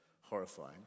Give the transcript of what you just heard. horrifying